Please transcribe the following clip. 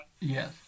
Yes